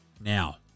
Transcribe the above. now